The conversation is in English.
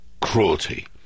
cruelty